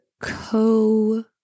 co